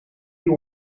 you